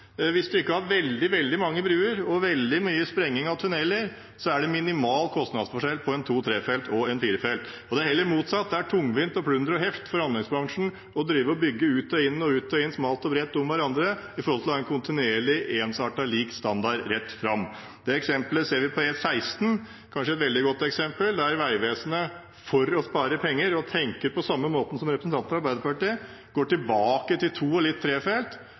veldig, veldig mange bruer og veldig mye sprenging av tunneler, er det minimal kostnadsforskjell på en to–trefelts og en firefelts. Det er heller motsatt. Det er tungvint og plunder og heft for anleggsbransjen å drive og bygge ut og inn, ut og inn – smalt og bredt om hverandre – i forhold til å ha en kontinuerlig ensartet, lik, standard rett fram. Det eksemplet ser vi på E16 – kanskje et veldig godt eksempel – der Vegvesenet, for å spare penger, tenker på samme måte som representanten fra Arbeiderpartiet, går tilbake til to- og litt